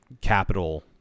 capital